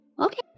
Okay